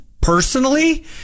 personally